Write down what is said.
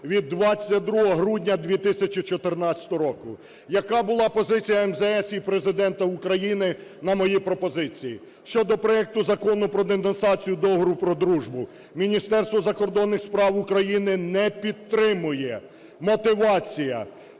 від 22 грудня 2014 року. Яка була позиція МЗС і Президента України на мої пропозиції? Щодо проекту Закону про денонсацію Договору про дружбу: Міністерство закордонних справ України не підтримує. Мотивація: